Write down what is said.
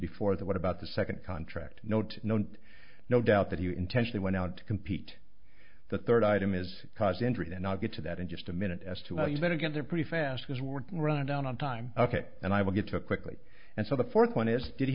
before that what about the second contract note no and no doubt that you intentionally went out to compete the third item is cause injury then i'll get to that in just a minute as to how you better get there pretty fast because we're running down on time ok and i will get took quickly and so the fourth one is did he